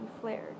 flared